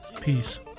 Peace